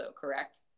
correct